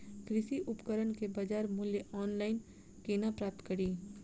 कृषि उपकरण केँ बजार मूल्य ऑनलाइन केना प्राप्त कड़ी?